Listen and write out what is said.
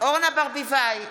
אורנה ברביבאי,